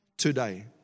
Today